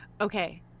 okay